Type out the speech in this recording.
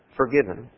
forgiven